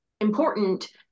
important